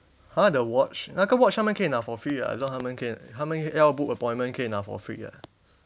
!huh! the watch 那个 watch 他们可以拿 for free [what] I thought 他们可以他们要 book appointment 可以拿 for free